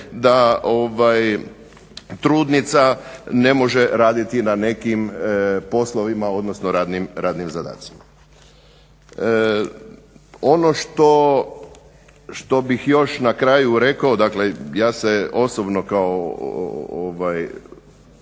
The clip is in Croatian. da trudnica ne može raditi na nekim poslovima, odnosno radnim zadacima. Ono što bih još na kraju rekao, dakle ja se osobno kao